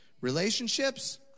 Relationships